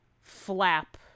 flap